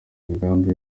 imigambi